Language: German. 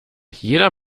jeder